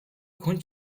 хүн